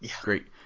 great